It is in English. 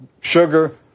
sugar